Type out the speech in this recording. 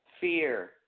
fear